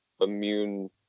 immune